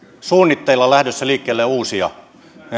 suunnitteilla ja lähdössä liikkeelle uusia ne